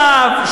שלא יהיה רב,